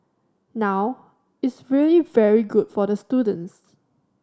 now it's really very good for the students